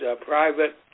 private